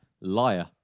Liar